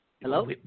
Hello